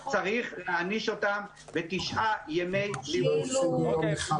למה צריך להעניש אותם בתשעה ימי לימוד, למה?